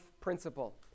principle